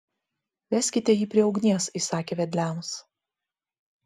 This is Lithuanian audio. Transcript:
veskite jį prie ugnies įsakė vedliams